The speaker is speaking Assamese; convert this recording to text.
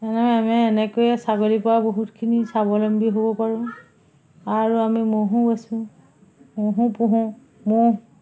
এনেই আমি এনেকৈয়ে ছাগলীৰ পৰা বহুতখিনি স্বাৱলম্বী হ'ব পাৰোঁ আৰু আমি ম'হো বেচো ম'হো পুহোঁ ম'হ